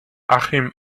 achim